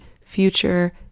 future